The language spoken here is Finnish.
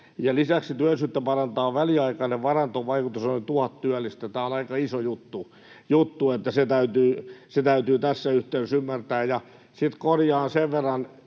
lisäksi työllisyyttä parantava väliaikainen varantovaikutus on tuhat työllistä.” Tämä on aika iso juttu. Se täytyy tässä yhteydessä ymmärtää. Sitten korjaan sen verran